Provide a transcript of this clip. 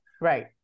Right